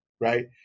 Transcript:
right